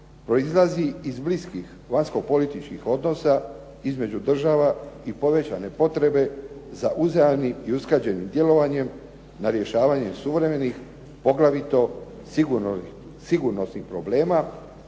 proizlazi iz bliskih vanjsko-političkih odnosa između država i povećane potrebe za uzajamnim i usklađenim djelovanjem na rješavanju suvremenih poglavito sigurnosnih problema